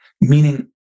Meaning